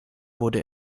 wurde